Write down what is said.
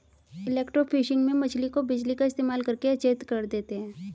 electrofishing में मछली को बिजली का इस्तेमाल करके अचेत कर देते हैं